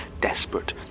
desperate